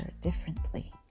differently